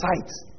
sites